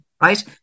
right